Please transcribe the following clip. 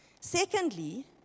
Secondly